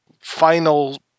final